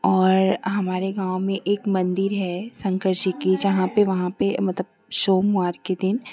और हमारे गाँव में एक मन्दिर है शंकर जी का जहाँ पर वहाँ पर मतलब सोमवार के दिन